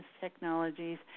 technologies